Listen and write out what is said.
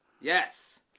Yes